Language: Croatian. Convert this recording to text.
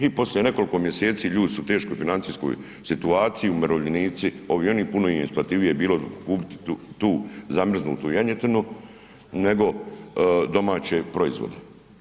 I poslije nekoliko mjeseci ljudi su u teškoj financijskoj situaciji umirovljenici, ovi oni puno im je isplativije bilo kupiti tu zamrznutu janjetinu nego domaće proizvode.